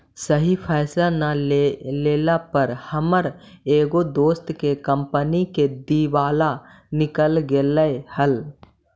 सही फैसला न लेला पर हमर एगो दोस्त के कंपनी के दिवाला निकल गेलई हल